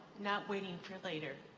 not waiting for later.